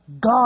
God